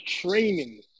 training